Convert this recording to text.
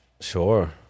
Sure